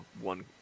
one